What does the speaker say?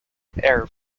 air